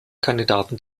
kandidaten